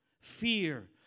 fear